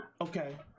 okay